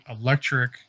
electric